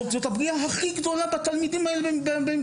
זאת הפגיעה הכי גדולה בתלמידים האלה.